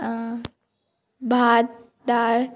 भात दाळ